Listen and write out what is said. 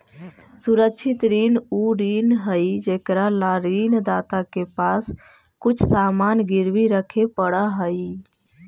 सुरक्षित ऋण उ ऋण हइ जेकरा ला ऋण दाता के पास कुछ सामान गिरवी रखे पड़ऽ हइ